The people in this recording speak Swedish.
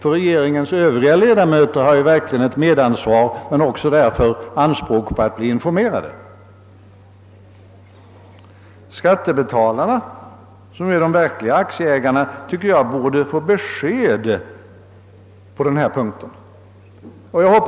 Regeringens övriga ledamöter har ju också ett ansvar och därför anspråk på att bli informerade. Skattebetalarna, som är de verkliga aktieägarna, borde få besked på denna punkt.